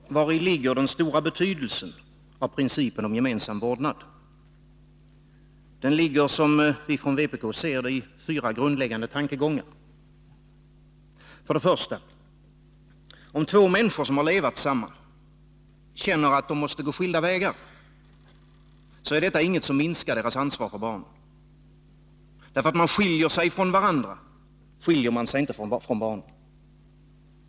Herr talman! Vari ligger den stora betydelsen av principen om gemensam vårdnad? Den ligger, som vi från vpk ser det, i fyra grundläggande tankegångar. För det första: Om två människor som har levat tillsammans känner att de måste gå skilda vägar, är detta ingenting som minskar deras ansvar för barnen. När man skiljer sig från varandra, skiljer man sig inte från barnen.